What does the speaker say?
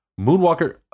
moonwalker